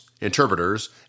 interpreters